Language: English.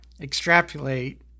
extrapolate